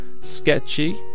sketchy